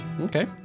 Okay